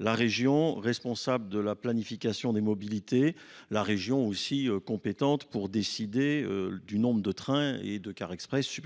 la région, responsable de la planification des mobilités, la région, aussi compétente pour décider du nombre de trains et de car express